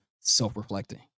self-reflecting